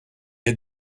est